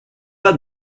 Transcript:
pas